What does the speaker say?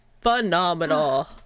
phenomenal